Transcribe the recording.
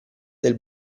del